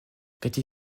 katy